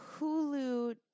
Hulu